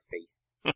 face